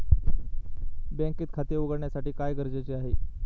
बँकेत खाते उघडण्यासाठी काय गरजेचे आहे?